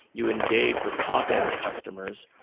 you engage with top-end customers,